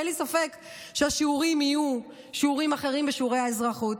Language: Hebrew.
אין לי ספק שהשיעורים יהיו אחרים בשיעורי האזרחות.